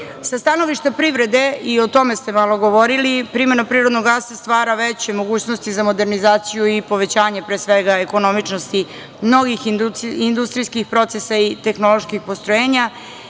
stanovišta privrede, i o tome ste malo govorili, primena prirodnog gasa stvara veće mogućnosti za modernizaciju i povećanje pre svega ekonomičnosti mnogih industrijskih procesa i tehnoloških postrojenja.